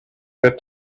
that